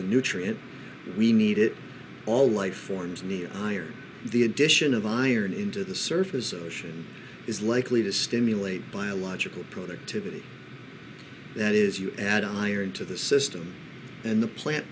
a nutrient we need it all life forms me iron the addition of iron into the surface ocean is likely to stimulate biological productivity that is you add a higher into the system and the plant